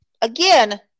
again